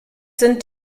sind